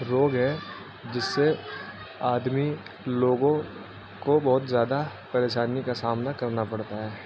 روگ ہے جس سے آدمی لوگوں کو بہت زیادہ پریشانی کا سامنا کرنا پڑتا ہے